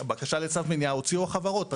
ובקשה לצו מניעה הוציאו החברות.